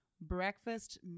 breakfast